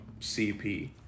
CP